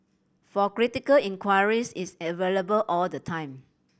for critical inquiries it's available all the time